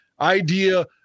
idea